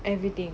everything